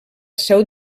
seu